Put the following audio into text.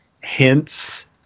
hints